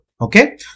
Okay